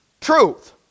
Truth